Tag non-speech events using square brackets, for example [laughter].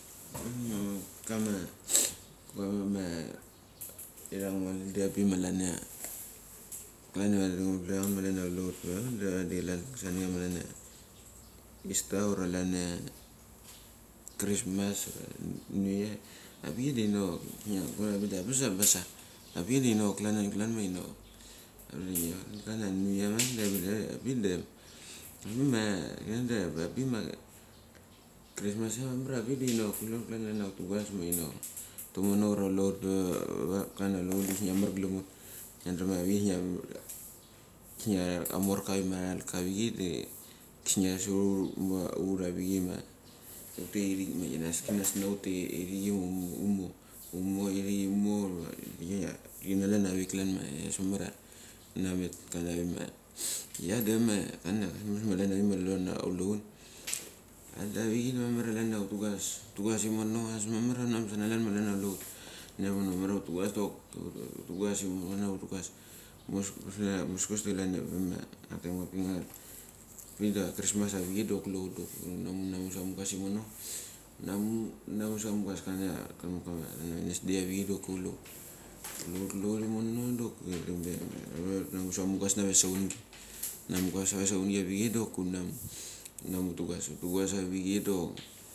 [noise] Mama [noise] kama gongama, angama irang [noise] mali diapik ma lania, [noise] klania vade ngu velchanget ma lan ia gulechaut pe va vet, da va di klan ia sani ama ista ura lania krismas ura, nuia avikchi de inok ia habes ia masa a vek chi da inokglan avik glan ma invok avik da iot, klan ia nuia marik da avik da avik ivikma klan da krimas ia mamar ia havik dok kule hut klan ia utugas ma inok tumono ura kule ut pe a va klan ia kuleut da usnia amarglem hut, ngiadrem ia avik chei da hut ia kamorka ma ta ralk ka avichai da kisnia sa huma hut alichei ma hutaivik ma kinas kinas na hut tai inik liutmoirik hutmo ma hut tikia avik klan ma abas marma ia inamet klanavik ia ia de ma klania ve ma mali klania kulehun. [noise] A da avik cher da mamar klan ia hutugas imono abes mamar huna mesana klan malan ia kule hut, vanangeng mamar hutugas deok, hutugas imono. Muskes da klan ia ve ma ataim ga paik ma vik da krismas avichei da gule hut doki huamli namu amugas imono. Hunanu namu sa amu ngas, klania kamu mekama wednesday avik hei, doki kulehut kulehut imo doki teng pe ma hutnamu sa mungas na ve saungi aamungas na saungi doki hunamu hu tugas avichei doki.